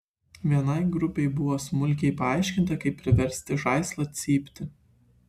vienai grupei buvo smulkiai paaiškinta kaip priversti žaislą cypti